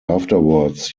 afterwards